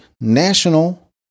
national